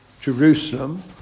Jerusalem